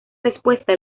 respuesta